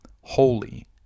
holy